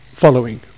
following